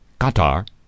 Qatar